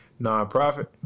nonprofit